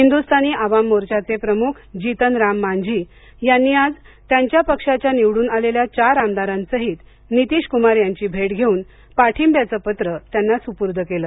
हिंदुस्तानी आवाम मोर्चाचे प्रमुख जीतन राम मांझी यांनी आज त्यांच्या पक्षाच्या निवडून आलेल्या चार आमदारांसाहित नितीश कुमार यांची भेट घेऊन पाठींब्याचं पत्र त्यांना सुपूर्द केलं